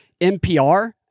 NPR